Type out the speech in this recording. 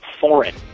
foreign